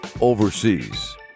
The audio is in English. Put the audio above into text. overseas